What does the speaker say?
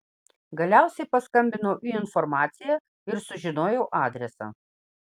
galiausiai paskambinau į informaciją ir sužinojau adresą